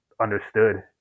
understood